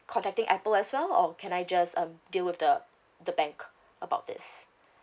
contacting apple as well or can I just um deal with the the bank about this